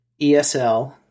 ESL